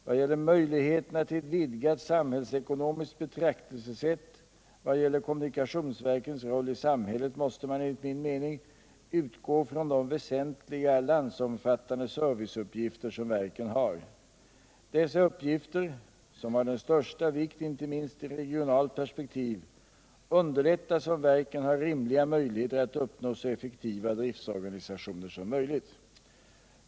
Vad gäller möjligheterna till ett vidgat samhällsekonomiskt betraktelsesätt i fråga om kommunikationsverkens roll i samhället måste man — enligt min mening — utgå från de väsentliga landsomfattande serviceuppgifter som verken har. Dessa uppgifter, som har den största vikt inte minst i regionalt perspektiv, underlättas om verken har rimliga möjligheter att uppnå så effektiva driftorganisationer som möjligt.